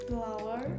Flower